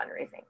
fundraising